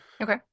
Okay